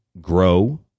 grow